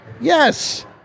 Yes